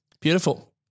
Beautiful